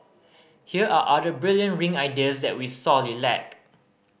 here are other brilliant ring ideas that we sorely lack